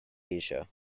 asia